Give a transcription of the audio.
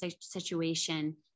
situation